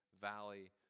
Valley